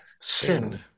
sin